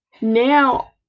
Now